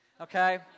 Okay